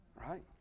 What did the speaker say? Right